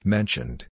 Mentioned